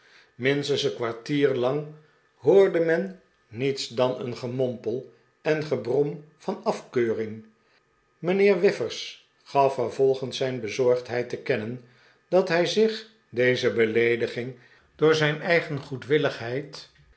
minstens een kwartier lang hoorde men niets dan een gemompel en gebrom van afkeuring mijnheer whiffers gaf vervolgens zijn bezorgdheid te kennen dat hij zich deze beleediging door zijn eigen